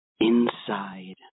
inside